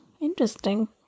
Interesting